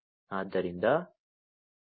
ಆದ್ದರಿಂದ ಕಳುಹಿಸುವಿಕೆಯನ್ನು ಮಾಡಲಾಗುತ್ತದೆ